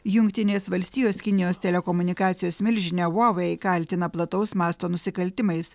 jungtinės valstijos kinijos telekomunikacijos milžinę uawei kaltina plataus masto nusikaltimais